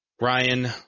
Ryan